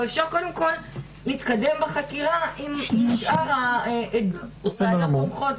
או אפשר קודם כול להתקדם בחקירה עם שאר הראיות התומכות.